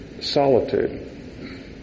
Solitude